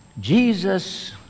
Jesus